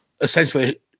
essentially